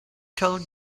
told